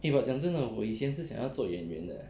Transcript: eh but 讲真的我以前是想要做演员的